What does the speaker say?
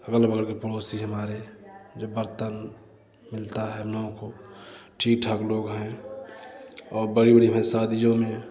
अगल बगल के पड़ोसी जो हैं हमारे जो बर्तन मिलता है हम लोगों को ठीक ठाक लोग हैं और बड़ी बड़ी में शादियों में